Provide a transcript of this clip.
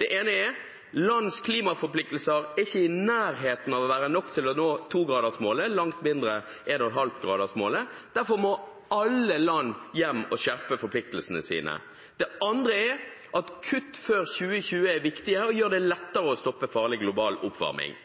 Det ene er at lands klimaforpliktelser ikke er i nærheten av å være nok til å nå 2-gradersmålet, langt mindre 1,5-gradersmålet, derfor må alle land hjem og skjerpe forpliktelsene sine. Det andre er at kutt før 2020 er viktige og gjør det lettere å stoppe farlig global oppvarming.